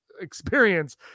experience